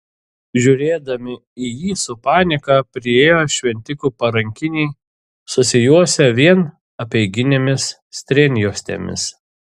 žiūrėdami į jį su panieka priėjo šventikų parankiniai susijuosę vien apeiginėmis strėnjuostėmis